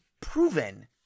proven